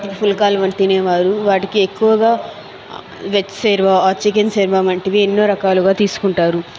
పుల్కాలు వంటి తినేవారు వాటికి ఎక్కువగా వెజ్ షేర్వా చికెన్ షేర్వా వంటివి ఎన్నో రకరకాలుగా తీసుకుంటారు